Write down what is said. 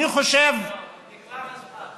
נגמר הזמן.